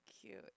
Cute